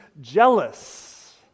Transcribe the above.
jealous